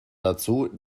dazu